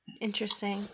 Interesting